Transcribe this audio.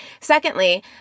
Secondly